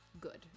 good